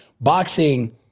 Boxing